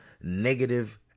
negative